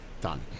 Done